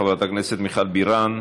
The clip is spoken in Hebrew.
חברת הכנסת מיכל בירן,